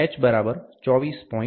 2419 h 24